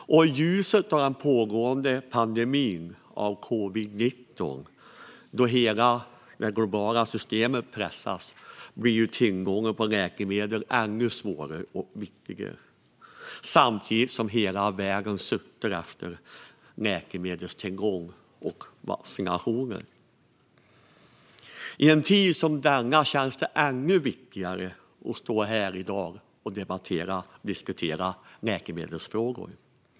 I ljuset av den pågående pandemin av covid-19, då hela det globala systemet pressas, blir tillgången på läkemedel ännu svårare och viktigare, samtidigt som hela världen suktar efter läkemedelstillgång och vaccinationer. I en tid som denna känns det ännu viktigare att stå här i dag och diskutera läkemedelsfrågor.